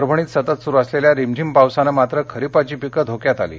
परभणीत सतत सुरू असलेल्या रिमझिम पावसामुळे मात्र खरीपाची पिकं धोक्यात आली आहेत